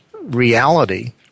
reality